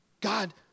God